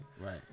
right